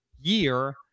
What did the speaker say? year